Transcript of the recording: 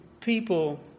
people